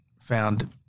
found